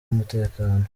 umutekano